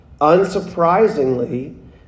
unsurprisingly